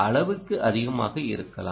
அளவுக்கு அதிகமாக இருக்கலாம்